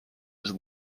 his